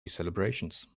celebrations